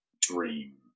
dream